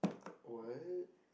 what